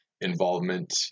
involvement